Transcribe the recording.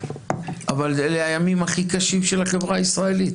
אבל אלה הימים הכי קשים של החברה הישראלית,